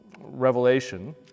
revelation